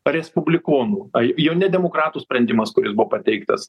respublikonų ai jau ne demokratų sprendimas kuris buvo pateiktas